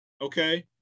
okay